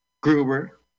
gruber